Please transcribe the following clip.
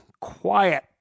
quiet